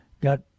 got